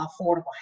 affordable